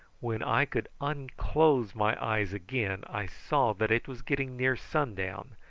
when i could unclose my eyes again i saw that it was getting near sundown,